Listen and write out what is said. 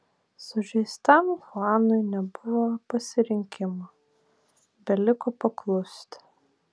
sužeistam chuanui nebuvo pasirinkimo beliko paklusti